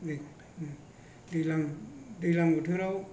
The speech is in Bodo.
दैज्लां बोथोराव